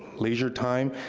leisure time,